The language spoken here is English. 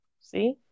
See